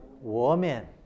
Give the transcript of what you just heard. Woman